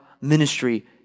ministry